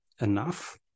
enough